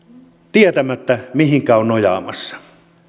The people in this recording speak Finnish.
tietämättä mihinkä on nojaamassa